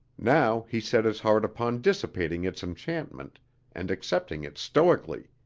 now he set his heart upon dissipating its enchantment and accepting it stoically,